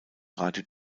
radio